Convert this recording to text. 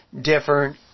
different